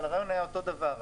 אבל הרעיון היה אותו דבר,